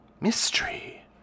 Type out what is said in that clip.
Mystery